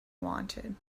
wanted